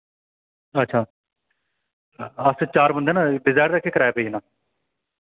अच्छा अस चार बंदे ना डिजाइर दा केह् कराया पेई जाना